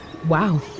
Wow